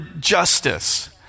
justice